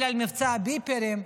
אלא על מבצע הביפרים.